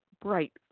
bright